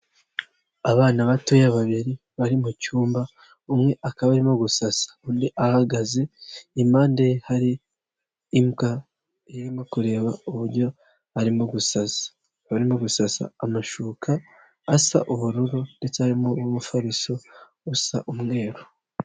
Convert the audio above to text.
Abana batoya babiri bari mu cyumba umwe akaba arimo gusasa, undi ahagaze impande hari imbwa irimo kureba uburyo arimo gusaza, barimo gusasa amashuka asa ubururu ndetse harimo n'umufariso usa umweru.